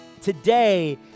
today